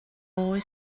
boy